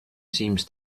seems